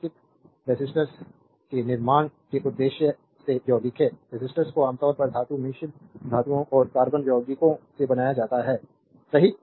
circuit resistors के निर्माण के उद्देश्य से यौगिक हैं रेसिस्टर्स को आमतौर पर धातु मिश्र धातुओं और कार्बन यौगिकों से बनाया जाता है सही